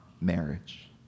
marriage